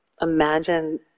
imagine